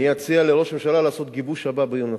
אני אציע לראש הממשלה לעשות את הגיבוש הבא בעיר נצרת.